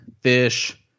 fish